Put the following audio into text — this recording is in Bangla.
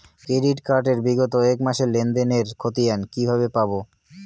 ক্রেডিট কার্ড এর বিগত এক মাসের লেনদেন এর ক্ষতিয়ান কি কিভাবে পাব?